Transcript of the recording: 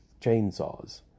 chainsaws